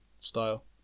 style